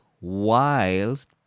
whilst